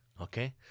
okay